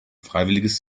freiwilliges